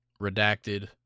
redacted